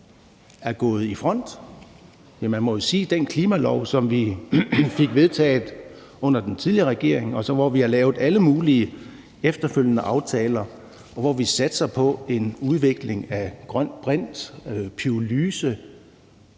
er gået i front? Man må jo sige, at den klimalov, som vi fik vedtaget under den tidligere regering, hvor vi har lavet alle mulige efterfølgende aftaler, og hvor vi satser på en udvikling af grøn brint, pyrolyse